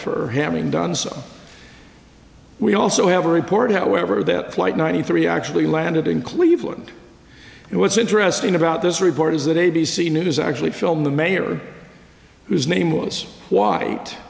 for having done so we also have a report however that flight ninety three actually landed in cleveland and what's interesting about this report is that a b c news actually filmed the mayor whose name was wh